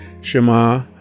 Shema